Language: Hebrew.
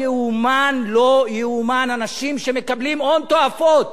לא ייאמן, לא ייאמן, אנשים שמקבלים הון תועפות,